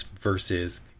versus